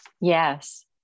Yes